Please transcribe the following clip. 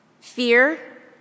Fear